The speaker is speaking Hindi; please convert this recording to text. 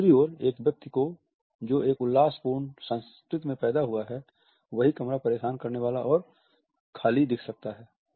तो दूसरी ओर एक व्यक्ति को जो एक उल्लास पूर्ण संस्कृति में पैदा हुआ है वही कमरा परेशान करने वाला और खाली दिख सकता हैं